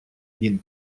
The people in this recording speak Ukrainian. він